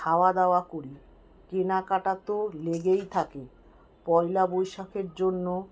খাওয়া দাওয়া করি কেনাকাটা তো লেগেই থাকে পয়লা বৈশাখের জন্য